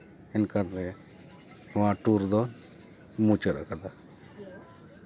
ᱤᱱᱠᱟᱨ ᱨᱮ ᱱᱚᱣᱟ ᱴᱩᱨ ᱫᱚ ᱢᱩᱪᱟᱹᱫ ᱠᱟᱫᱟ